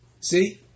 See